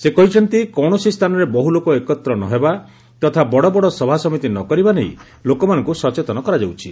ସେ କହିଛନ୍ତି କୌଣସି ସ୍ଥାନରେ ବହୁ ଲୋକ ଏକତ୍ର ନ ହେବା ତଥା ବଡ ବଡ ସଭାସମିତି ନ କରିବା ନେଇ ଲୋକମାନଙ୍କୁ ସଚେତନ କରାଯାଉଛି